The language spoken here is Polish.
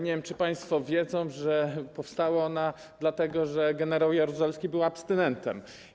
Nie wiem, czy państwo wiedzą, że powstała ona dlatego, że gen. Jaruzelski był abstynentem.